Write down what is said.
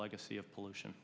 legacy of pollution